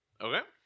Okay